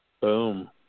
Boom